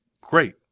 great